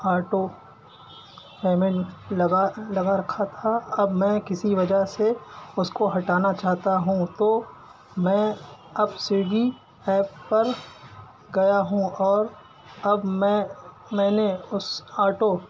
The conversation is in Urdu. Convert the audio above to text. آٹو پیمنٹ لگا لگا رکھا تھا اب میں کسی وجہ سے اس کو ہٹانا چاہتا ہوں تو میں اب سویگی ایپ پر گیا ہوں اور اب میں میں نے اس آٹو